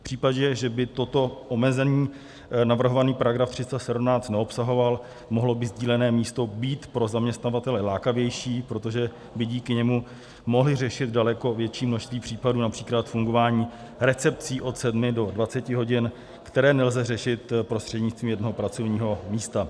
V případě, že by toto omezení navrhovaný § 317 neobsahoval, mohlo by sdílené místo být pro zaměstnavatele lákavější, protože by díky němu mohli řešit daleko větší množství případů, např. fungování recepcí od 7 do 20 hodin, které nelze řešit prostřednictvím jednoho pracovního místa.